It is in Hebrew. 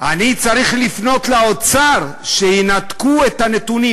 אני צריך לפנות לאוצר שינתקו את הנתונים